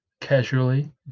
casually